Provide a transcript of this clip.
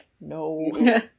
no